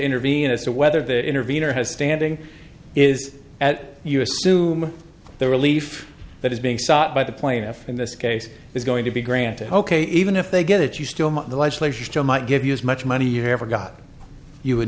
intervene as to whether the intervenor has standing is at you assume the relief that is being sought by the plaintiff in this case is going to be granted ok even if they get it you still the legislature still might give you as much money you haven't got you would